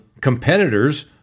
competitors